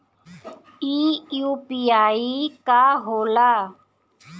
ई यू.पी.आई का होला?